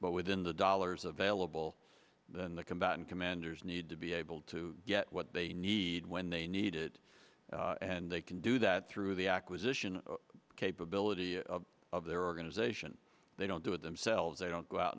but within the dollars available then the combatant commanders need to be able to yet what they need when they need it and they can do that through the acquisition capability of their organization they don't do it themselves they don't go out